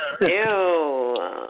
Ew